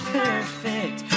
perfect